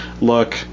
look